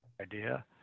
Idea